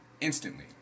Instantly